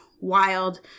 wild